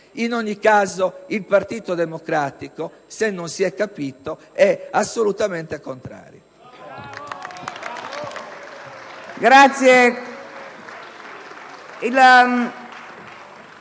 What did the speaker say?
In ogni caso, il Partito Democratico - se non si fosse capito - è assolutamente contrario.